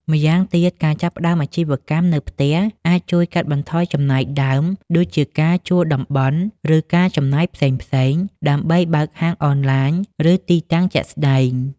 ម្យ៉ាងទៀត ការចាប់ផ្តើមអាជីវកម្មនៅផ្ទះអាចជួយកាត់បន្ថយចំណាយដើម ដូចជាការជួលតំបន់ ឬការចំណាយផ្សេងៗដើម្បីបើកហាងអនឡាញឬទីតាំងជាក់ស្តែង។